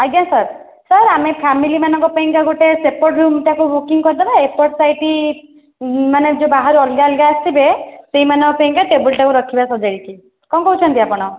ଆଜ୍ଞା sir sir ଆମେ family ମାନଙ୍କ ପାଇଁକା ଗୋଟିଏ ସେପଟ ରୁମ୍ଟାକୁ ବୁକିଂ କରିଦେବା ଏପଟ ସାଇଟ୍ ମାନେ ଯେଉଁ ବାହାରୁ ଅଲଗା ଅଲଗା ଆସିବେ ସେହିମାନଙ୍କ ପାଇଁକା ଟେବଲ୍ଟା ରଖିବା ସଜାଡ଼ିକି କ'ଣ କହୁଛନ୍ତି ଆପଣ